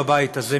בבית הזה,